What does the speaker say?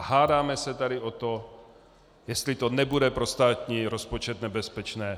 Hádáme se tady o to, jestli to nebude pro státní rozpočet nebezpečné.